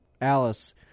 Alice